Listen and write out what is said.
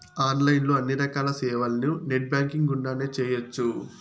online లో అన్ని రకాల సేవలను నెట్ బ్యాంకింగ్ గుండానే చేయ్యొచ్చు